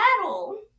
battle